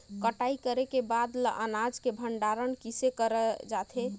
कटाई करे के बाद ल अनाज के भंडारण किसे करे जाथे?